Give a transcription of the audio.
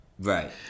Right